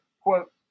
quote